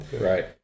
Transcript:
right